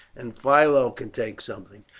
and philo can take something.